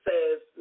says